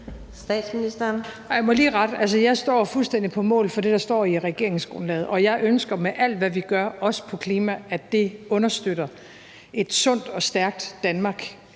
Frederiksen): Jeg må lige rette: Altså, jeg står fuldstændig på mål for det, der står i regeringsgrundlaget, og jeg ønsker med alt, hvad vi gør, også på klimaområdet, at det understøtter et sundt og stærkt Danmark,